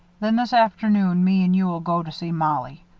then this afternoon, me and you'll go to see mollie.